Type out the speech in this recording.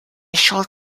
should